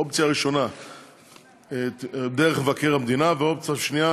אופציה ראשונה דרך מבקר המדינה, ואופציה שנייה